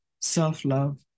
self-love